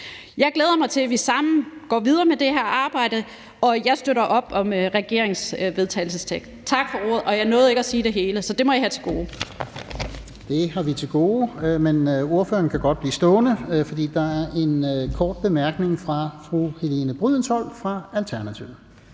Jeg glæder mig til, at vi sammen går videre med det her arbejde, og jeg støtter op om regeringens vedtagelsestekst. Tak for ordet. Jeg nåede ikke at sige det hele, så det må I have til gode. Kl. 15:13 Fjerde næstformand (Lars-Christian Brask): Det har vi til gode. Men ordføreren kan godt blive stående, for der er en kort bemærkning fra fru Helene Brydensholt fra Alternativet.